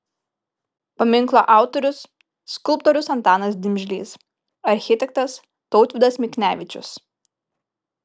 paminklo autorius skulptorius antanas dimžlys architektas tautvydas miknevičius